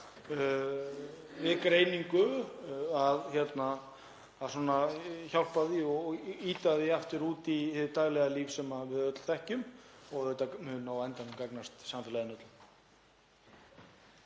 við greiningu, hjálpa því og ýta því aftur út í hið daglega líf sem við öll þekkjum að mun á endanum gagnast samfélaginu